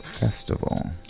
Festival